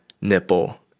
nipple